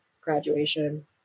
graduation